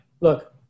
look